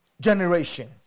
generation